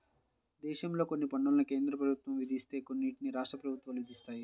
దేశంలో కొన్ని పన్నులను కేంద్ర ప్రభుత్వం విధిస్తే కొన్నిటిని రాష్ట్ర ప్రభుత్వాలు విధిస్తాయి